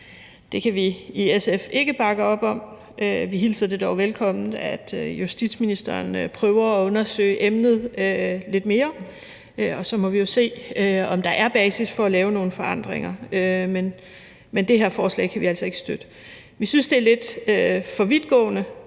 Det kan vi i SF ikke bakke op om. Vi hilser det velkommen, at justitsministeren prøver at undersøge emnet lidt mere, og så må vi jo se, om der er basis for at lave nogle forandringer, men det her forslag kan vi altså ikke støtte. Vi synes, det er lidt for vidtgående,